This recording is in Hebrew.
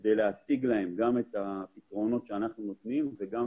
כדי להציג להם גם את הפתרונות שאנחנו נותנים וגם